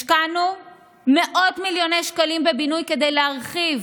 השקענו מאות מיליוני שקלים בבינוי כדי להרחיב